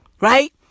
Right